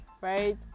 Right